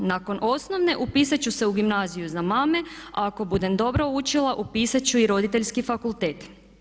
Nakon osnovne upisati ću se u gimnaziju za mame a ako budem dobro učila upisati ću i roditeljski fakultet.